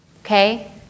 okay